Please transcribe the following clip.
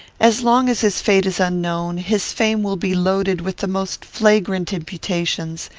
as long as his fate is unknown, his fame will be loaded with the most flagrant imputations,